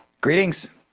Greetings